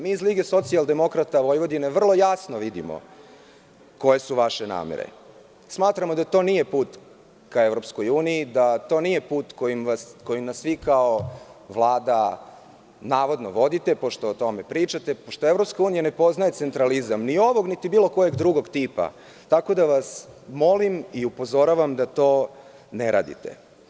Mi iz LSV vrlo jasno vidimo koje su vaše namere i smatramo da to nije put ka EU, da to nije put kojim nas vi kao Vlada navodno vodite, pošto o tome pričate, pošto EU ne poznaje centralizam ni ovog niti bilo kojeg drugog tipa, tako da vas upozoravam i molim da to ne radite.